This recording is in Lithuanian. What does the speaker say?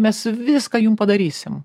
mes viską jum padarysim